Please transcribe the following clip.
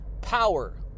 power